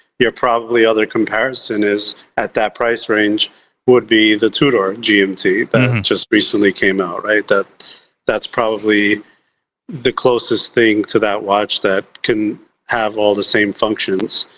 youre probably other comparison is at that price range would be the tudor gmt, that just recently came out, right? j that's probably the closest thing to that watch that can have all the same functions.